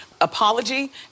Apology